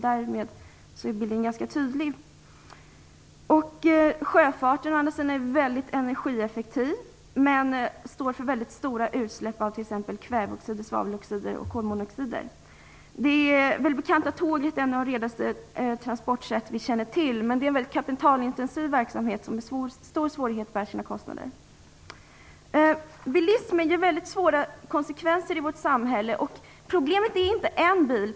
Därmed blir bilden ganska tydlig. Sjöfarten är däremot mycket energieffektiv men står får mycket stora utsläpp av t.ex. kväveoxider, svaveloxider och kolmonoxider. Det välbekanta tåget är ett av de renaste transportsätt som vi känner till. Men tågtrafiken är en väldigt kapitalintensiv verksamhet som med stor svårighet bär sina kostnader. Bilismen ger svåra konsekvenser för vårt samhälle. Problemet är inte en bil.